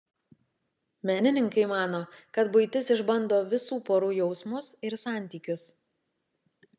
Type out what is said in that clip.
menininkai mano kad buitis išbando visų porų jausmus ir santykius